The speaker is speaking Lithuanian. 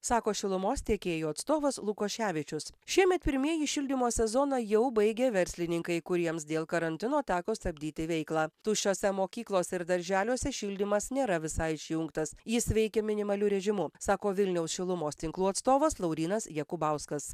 sako šilumos tiekėjų atstovas lukoševičius šiemet pirmieji šildymo sezoną jau baigė verslininkai kuriems dėl karantino teko stabdyti veiklą tuščiose mokyklos ir darželiuose šildymas nėra visai išjungtas jis veikia minimaliu režimu sako vilniaus šilumos tinklų atstovas laurynas jakubauskas